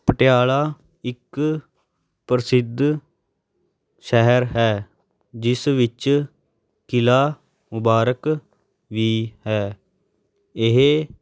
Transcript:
ਪਟਿਆਲਾ ਇੱਕ ਪ੍ਰਸਿੱਧ ਸ਼ਹਿਰ ਹੈ ਜਿਸ ਵਿੱਚ ਕਿਲ੍ਹਾ ਮੁਬਾਰਕ ਵੀ ਹੈ ਇਹ